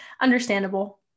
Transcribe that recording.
understandable